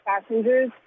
passengers